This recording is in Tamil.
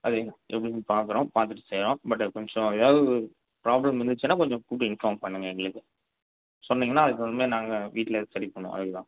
அது எப்படினு பார்க்குறோம் பார்த்துட்டு செய்கிறோம் பட் அது கொஞ்சம் எதாவது பிராப்லம் இருந்துச்சுனா கொஞ்சம் இன்ஃபாம் பண்ணுங்க எங்களுக்கு சொன்னிங்கனால் அதுக்கு தகுந்த மாதிரி நாங்கள் வீட்டில் சரி பண்ணுவோம் அதுக்கு தான்